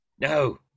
No